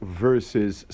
versus